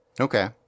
okay